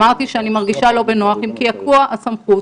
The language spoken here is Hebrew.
אמרתי שאני מרגישה לא בנוח עם קעקוע הסמכות